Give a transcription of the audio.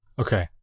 Okay